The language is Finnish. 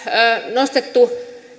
nostettu